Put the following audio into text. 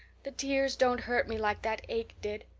the tears don't hurt me like that ache did.